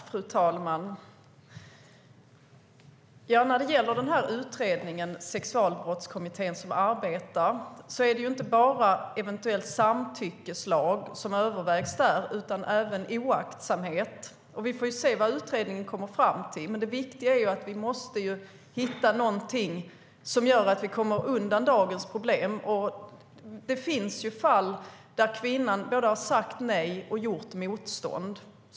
Fru talman! I Sexualbrottskommittén är det inte bara eventuell samtyckeslag som övervägs utan även oaktsamhet. Vi får se vad utredningen kommer fram till, men det viktiga är att man hittar någonting som gör att vi kommer undan dagens problem. Det finns fall där kvinnan både har sagt nej och gjort motstånd.